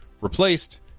replaced